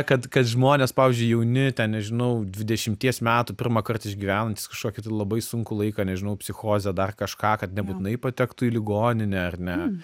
kad kad žmonės pavyzdžiui jauni ten nežinau dvidešimies metų pirmąkart išgyvenantys kažkokį tai labai sunkų laiką nežinau psichozę dar kažką kad nebūtinai patektų į ligoninę ar ne